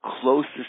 closest